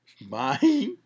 Bye